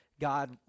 God